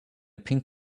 pink